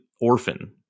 Orphan